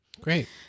Great